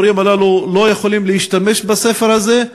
המורים הללו לא יכולים להשתמש בספר הזה,